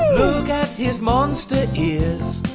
look at his monster ears.